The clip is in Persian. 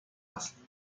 است